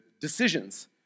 decisions